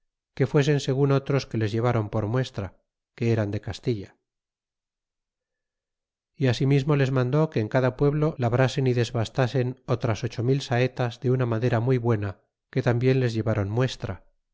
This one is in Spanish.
que fuesen segun otros que les llevaron por muestra que eran de castilla y asimismo les mandó que en cada pueblo labrasen y desbastasen otras ocho mil saetas de tina madera muy buena que tambien les llevaron muestra